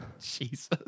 Jesus